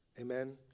Amen